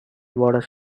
borders